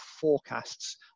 forecasts